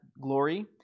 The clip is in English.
glory